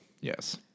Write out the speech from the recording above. Yes